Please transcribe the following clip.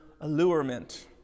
allurement